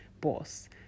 boss